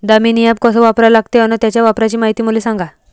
Damini app कस वापरा लागते? अन त्याच्या वापराची मायती मले सांगा